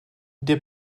der